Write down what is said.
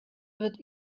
wird